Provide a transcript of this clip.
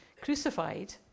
crucified